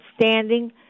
standing